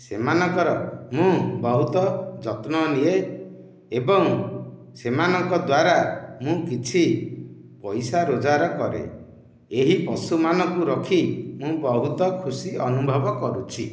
ସେମାନଙ୍କର ମୁଁ ବହୁତ ଯତ୍ନ ନିଏ ଏବଂ ସେମାନଙ୍କ ଦ୍ୱାରା ମୁଁ କିଛି ପଇସା ରୋଜଗାର କରେ ଏହି ପଶୁମାନଙ୍କୁ ରଖି ମୁଁ ବହୁତ ଖୁସି ଅନୁଭବ କରୁଛି